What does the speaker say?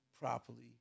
properly